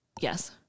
Yes